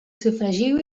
sofregiu